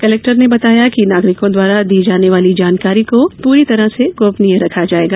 collector ने बताया कि नागरिकों द्वारा दी जाने वाली जानकारी को पूरी तरह से गोपनीय रखा जायेगा